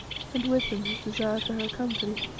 and with them his desire for her company